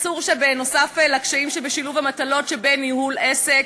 אסור שבנוסף לקשיים שבשילוב המטלות הכרוכות בניהול עסק